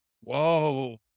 Whoa